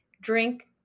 drink